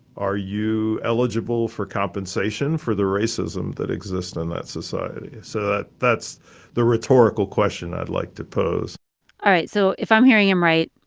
are you eligible for compensation for the racism that exist in that society? so that's the rhetorical question i'd like to pose all right. so if i'm hearing him right,